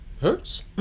Hurts